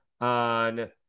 on